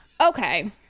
Okay